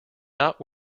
not